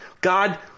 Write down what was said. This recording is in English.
God